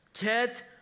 get